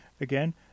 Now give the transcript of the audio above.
again